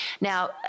Now